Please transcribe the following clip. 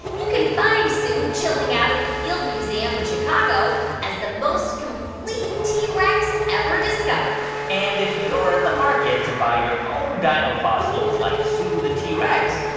you can find sue chilling out at the field museum in chicago as the most complete t. rex ever discovered and if you're in the market to buy your own dino fossils like sue the t. rex,